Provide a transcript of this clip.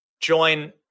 join